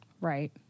Right